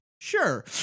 sure